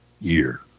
year